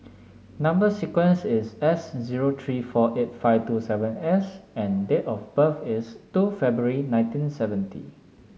number sequence is S zero three four eight five two seven S and date of birth is two February nineteen seventy